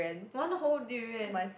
one whole durian